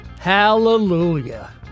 Hallelujah